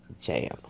jam